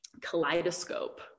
kaleidoscope